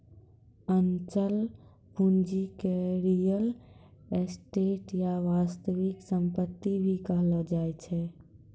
अचल पूंजी के रीयल एस्टेट या वास्तविक सम्पत्ति भी कहलो जाय छै